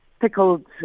pickled